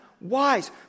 wise